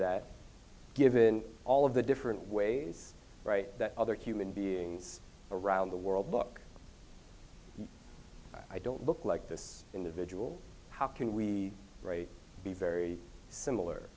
that given all of the different ways that other human beings around the world book i don't look like this individual how can we be very similar